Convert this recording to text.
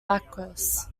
backus